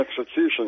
execution